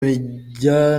bijya